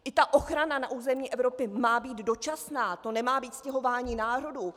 I ta ochrana na území Evropy má být dočasná, to nemá být stěhování národů.